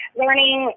learning